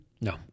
No